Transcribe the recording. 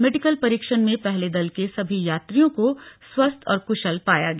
medical परीक्षण में पहले दल के सभी यात्रियों को स्वस्थ्य और क्शल पाया गया